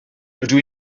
rydw